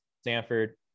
Stanford